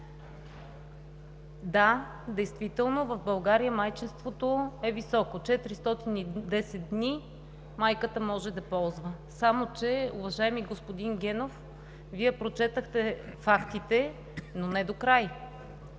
да, действително в България майчинството е високо – майката може да ползва 410 дни, само че, уважаеми господин Генов, Вие прочетохте фактите, но не докрай.